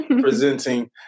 presenting